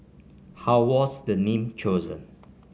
how was the name chosen